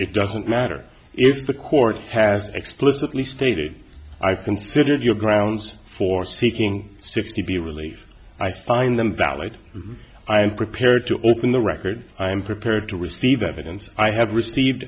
it doesn't matter if the court has explicitly stated i've considered your grounds for seeking sixty relief i find them valid i am prepared to open the record i am prepared to receive evidence i have received